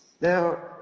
now